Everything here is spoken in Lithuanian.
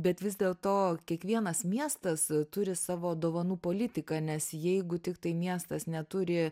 bet vis dėlto kiekvienas miestas turi savo dovanų politiką nes jeigu tiktai miestas neturi